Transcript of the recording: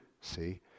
see